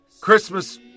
Christmas